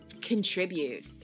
contribute